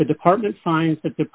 the department signs that the